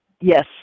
yes